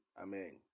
Amen